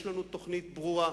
יש לנו תוכנית ברורה,